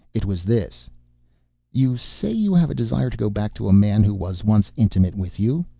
it was this you say you have a desire to go back to a man who was once intimate with you.